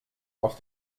auf